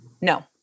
No